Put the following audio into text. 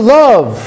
love